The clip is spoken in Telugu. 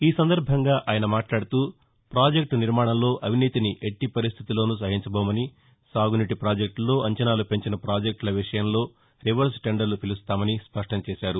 ఈ సందర్బంగా ఆయన మాట్లాడుతూ పాజెక్టు నిర్మాణంలో అవినీతిని ఎల్లి పరిస్టితుల్లోను సహించబోమని సాగునీటి పాజెక్టుల్లో అంచనాలు పెంచిన పాజెక్టుల విషయంలో రివర్స్ టెండర్లు పిలుస్తామని స్పష్టం చేశారు